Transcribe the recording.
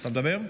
אתה מדבר?